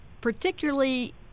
particularly